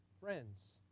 friends